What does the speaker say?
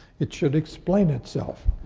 it should explain itself.